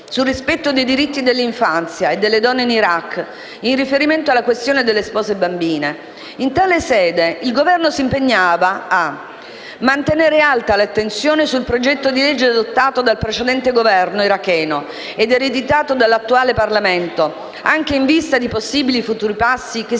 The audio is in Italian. sul rispetto dei diritti dell'infanzia e delle donne in Iraq in riferimento alla questione delle spose bambine. In tale sede, il Governo si impegnava a «mantenere alta l'attenzione sul progetto di legge adottato dal precedente Governo iracheno ed ereditato dall'attuale Parlamento, anche in vista di possibili futuri passi che si